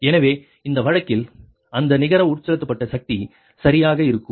எனவே இந்த வழக்கில் அந்த நிகர உட்செலுத்தப்பட்ட சக்தி சரியாக இருக்கும்